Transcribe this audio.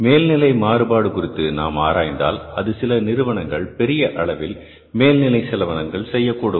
மேல் நிலை மாறுபாடு குறித்து நாம் ஆராய்ந்தால் அது சில நிறுவனங்கள் பெரிய அளவில் மேல்நிலை செலவினங்கள் செய்யக்கூடும்